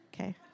Okay